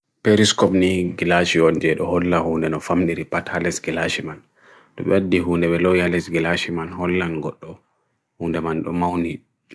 Periscope ni gilashi onjere holla hoone nofam niripat hales gilashiman Dweidi hoone ve loya hales gilashiman hollan goto hoone man doma hoone